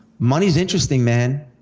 money's interesting, man.